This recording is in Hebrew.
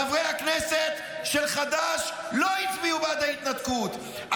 חברי הכנסת של חד"ש לא הצביעו בעד ההתנתקות,